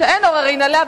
שאין עוררין עליה,